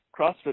CrossFit